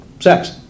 sex